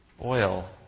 oil